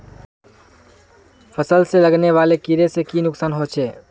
फसल में लगने वाले कीड़े से की नुकसान होचे?